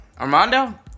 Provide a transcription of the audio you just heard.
Armando